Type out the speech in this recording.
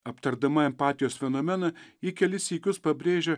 aptardama empatijos fenomeną ji kelis sykius pabrėžė